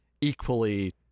equally